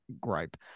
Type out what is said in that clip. gripe